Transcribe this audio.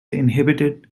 inhibited